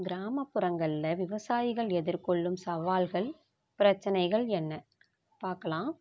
கிராமப்புறங்களில் விவசாயிகள் எதிர்கொள்ளும் சவால்கள் பிரச்சினைகள் என்ன பார்க்கலாம்